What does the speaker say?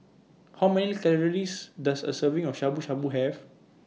How Many Calories Does A Serving of Shabu Shabu Have